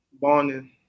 bonding